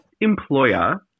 employer